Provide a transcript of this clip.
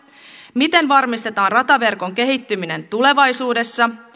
miten varmistetaan rataverkon kehittyminen tulevaisuudessa